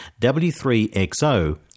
W3XO